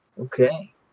Okay